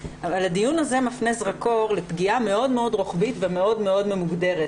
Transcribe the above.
אבל הדיון הזה מפנה זרקור לפגיעה מאוד מאוד רוחבית ומאוד מאוד ממוגדרת,